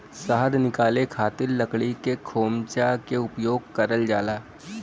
शहद निकाले खातिर लकड़ी के खोमचा के उपयोग करल जाला